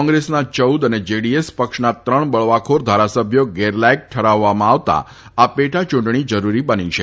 કોંગ્રેસના ચૌદ અને જેડીએસ પક્ષના ત્રણ બળવાખોર ધારાસભ્યો ગેરલાયક ઠરાવવામાં આવતાં આ પેટા ચુંટણી જરૂરી બની છે